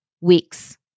Weeks